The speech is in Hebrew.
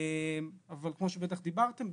אבל כמו שבטח דיברתם,